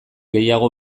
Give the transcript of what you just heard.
gehiago